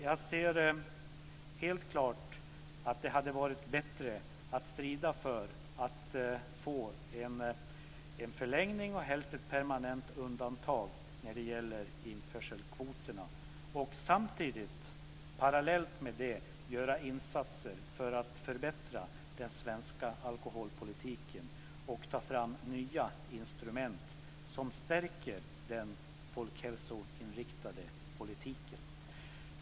Jag ser helt klart att det hade varit bättre att strida för att få en förlängning och helst ett permanent undantag när det gäller införselkvoterna och samtidigt, parallellt med det, göra insatser för att förbättra den svenska alkoholpolitiken och ta fram nya instrument som stärker den folkhälsoinriktade politiken.